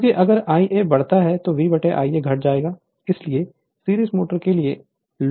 क्योंकि अगर आईए बढ़ता है तो V Ia घट जाएगा इसलिए सीरीज मोटर्स के लिए लोड स्पीड में वृद्धि के साथ घट जाती है